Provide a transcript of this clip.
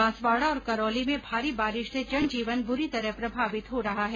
बांसवाडा और करौली में भारी बारिश से जनजीवन बुरी तरह प्रभावित हो रहा है